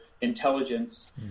intelligence